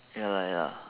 ya lah ya